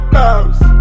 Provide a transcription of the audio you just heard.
house